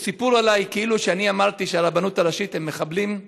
סיפור עלי כאילו אמרתי שהרבנות הראשית הם מחבלים.